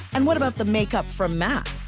and what about the make-up from mac?